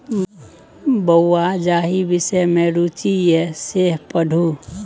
बौंआ जाहि विषम मे रुचि यै सैह पढ़ु